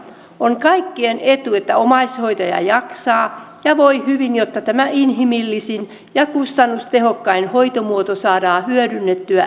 on kaikkien etu että omaishoitaja jaksaa ja voi hyvin jotta tämä inhimillisin ja kustannustehokkain hoitomuoto saadaan hyödynnettyä täysimääräisesti